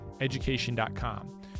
Education.com